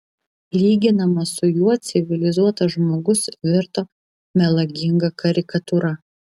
lyginamas su juo civilizuotas žmogus virto melaginga karikatūra